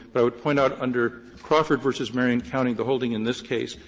but i would point out under crawford v. marion county, the holding in this case,